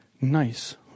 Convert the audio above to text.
nice